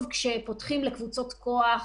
אנחנו חייבים שחקנים אובייקטיביים.